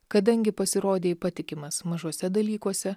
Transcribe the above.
kadangi pasirodei patikimas mažuose dalykuose